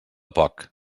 poc